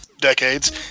decades